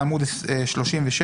בעמוד 36,